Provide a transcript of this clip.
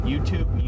YouTube